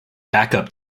backup